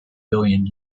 billion